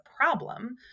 problem